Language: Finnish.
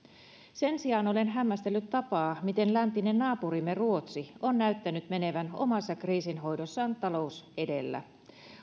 sen sijaan olen hämmästellyt tapaa miten läntinen naapurimme ruotsi on näyttänyt menevän omassa kriisinhoidossaan talous edellä